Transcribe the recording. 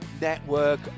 network